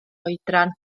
oedran